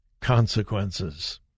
consequences